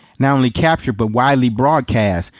not only captured, but widely broadcast.